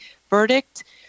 verdict